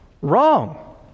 Wrong